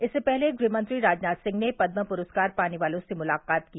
इससे पहले गृह मंत्री राजनाथ सिंह ने पद्म पुरस्कार पाने वालों से मुलाकात की